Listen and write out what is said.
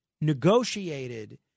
negotiated